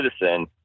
citizen